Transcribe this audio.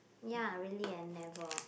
ya really eh never